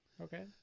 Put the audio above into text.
Okay